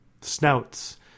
snouts